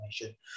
information